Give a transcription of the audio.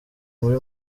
muri